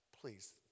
Please